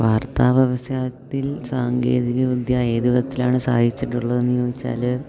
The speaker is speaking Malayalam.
വാർത്താ വ്യവസായത്തിൽ സാങ്കേതികവിദ്യ ഏത് വിധത്തിലാണ് സഹായിച്ചിട്ടുള്ളതെന്ന് ചോദിച്ചാൽ